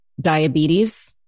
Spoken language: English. diabetes